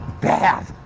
Bad